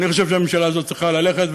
אני חושב שהממשלה הזאת צריכה ללכת,